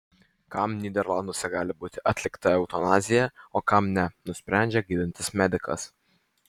kam nyderlanduose gali būti atlikta eutanazija o kam ne nusprendžia gydantis medikas